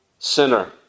Sinner